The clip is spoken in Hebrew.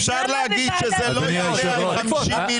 אפשר להגיד שזה לא יעלה על 50 מיליון.